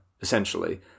essentially